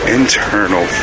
internal